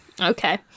okay